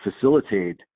facilitate